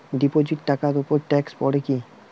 Deposit টাকার উপর tax পড়ে কি?